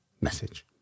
message